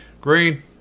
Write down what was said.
Green